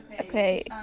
Okay